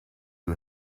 who